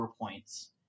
points